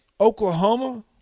Oklahoma